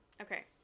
Okay